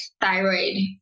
thyroid